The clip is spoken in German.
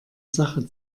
sache